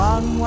One